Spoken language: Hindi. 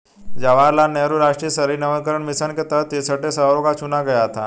जवाहर लाल नेहरू राष्ट्रीय शहरी नवीकरण मिशन के तहत तिरेसठ शहरों को चुना गया था